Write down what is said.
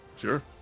Sure